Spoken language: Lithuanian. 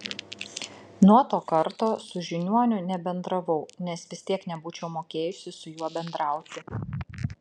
nuo to karto su žiniuoniu nebendravau nes vis tiek nebūčiau mokėjusi su juo bendrauti